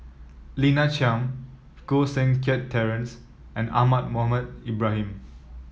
Lina Chiam Koh Seng Kiat Terence and Ahmad Mohamed Ibrahim